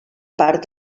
part